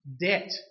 debt